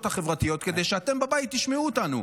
החברתיות כדי שאתם בבית תשמעו אותנו.